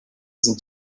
sind